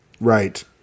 Right